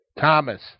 Thomas